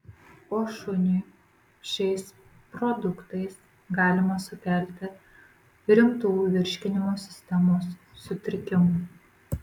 o šuniui šiais produktais galima sukelti rimtų virškinimo sistemos sutrikimų